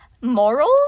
morals